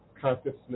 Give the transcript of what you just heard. Consciousness